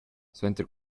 suenter